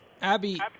Abby